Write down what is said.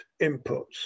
inputs